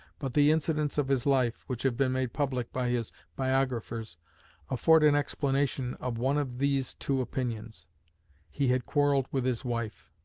but the incidents of his life which have been made public by his biographers afford an explanation of one of these two opinions he had quarrelled with his wife.